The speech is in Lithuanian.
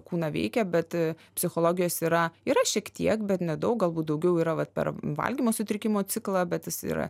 kūną veikia bet psichologijos yra yra šiek tiek bet nedaug galbūt daugiau yra vat per valgymo sutrikimo ciklą bet jis yra